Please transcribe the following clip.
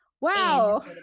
wow